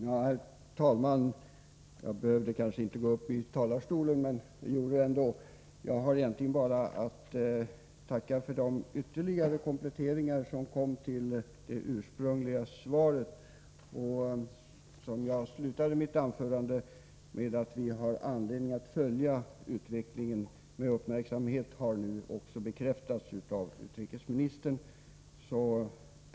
Herr talman! Jag hade kanske inte behövt gå upp i talarstolen men gjorde det ändå. Jag har egentligen bara att tacka för de ytterligare kompletteringar som utrikesministern lämnat till sitt ursprungliga svar. Jag slutade mitt anförande med att säga att vi har anledning att följa utvecklingen med uppmärksamhet. Detta har nu också bekräftats av utrikesministern.